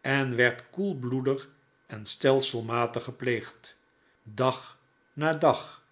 en werd koelbloedig en stelselmatig gepleegd dag aan dag